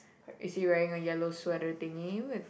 is he wearing a yellow sweater thingy with